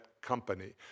company